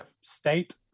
state